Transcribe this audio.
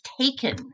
taken